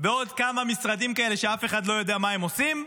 ועוד כמה משרדים כאלה שאף אחד לא יודע מה הם עושים.